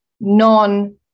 non